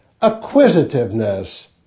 Acquisitiveness